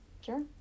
Sure